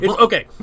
Okay